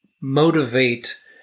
motivate